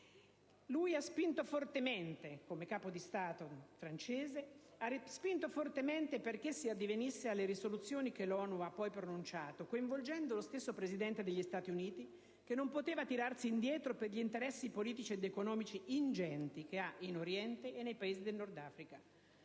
Lui ha spinto fortemente, come Capo di Stato francese, perché si addivenisse alle risoluzioni che l'ONU ha poi pronunciato, coinvolgendo lo stesso Presidente degli Stati Uniti, che non poteva tirarsi indietro per gli interessi politici ed economici ingenti che ha in Oriente e nei Paesi del Nordafrica.